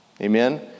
Amen